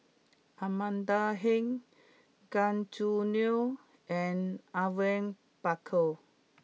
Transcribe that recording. Amanda Heng Gan Choo Neo and Awang Bakar